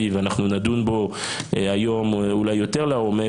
ואנחנו נדון בו היום אולי יותר לעומק,